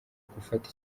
gufata